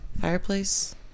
Fireplace